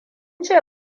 ce